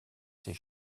ces